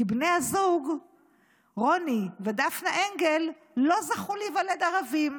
כי בני הזוג רוני ודפנה אנגל לא זכו להיוולד ערבים,